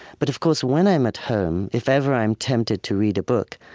but of course, when i'm at home, if ever i'm tempted to read a book,